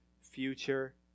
future